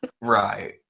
Right